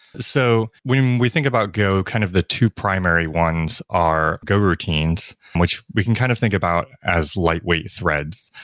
so when we think about go, kind of the two primary ones are go routines, in which we can kind of think about as lightweight threads.